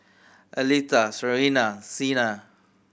Aletha Sarina Xena